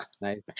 Nice